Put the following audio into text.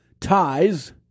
ties